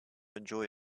enjoy